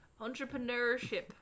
Entrepreneurship